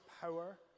power